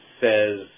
says